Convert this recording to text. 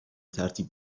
ترتیب